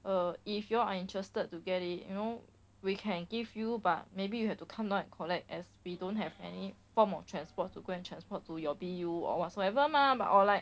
err if you all are interested to get it you know we can give you but maybe you have to come down and collect as we don't have any form of transport to go and transport to your B_U or whatsoever mah but or like